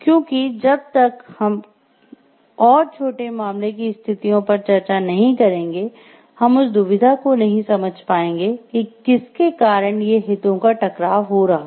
क्योंकि जब तक हम और छोटे मामले कि स्थितियों पर चर्चा नहीं करेंगे हम उस दुविधा को नहीं समझ पाएंगे जिसके कारण ये हितों का टकराव हो रहा है